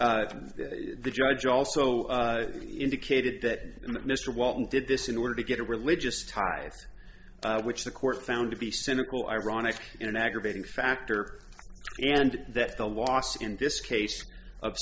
the judge also indicated that mr walton did this in order to get a religious ties which the court found to be cynical ironic in an aggravating factor and they the loss in this case of